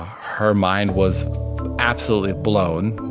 her mind was absolutely blown.